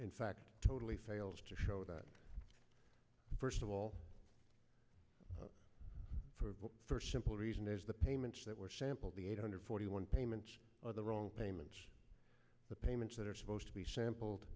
in fact totally fails to show that first of all for for simple reason as the payments that were sampled the eight hundred forty one payment or the wrong payments the payments that are supposed to be sampled